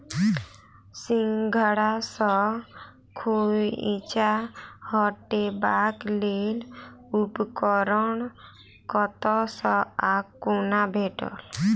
सिंघाड़ा सऽ खोइंचा हटेबाक लेल उपकरण कतह सऽ आ कोना भेटत?